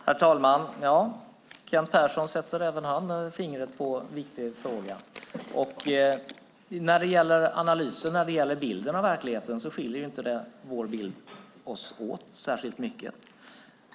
Herr talman! Ja, Kent Persson sätter även han fingret på en viktig fråga. När det gäller analys och bild av verkligheten skiljer sig inte våra bilder sig åt särskilt mycket.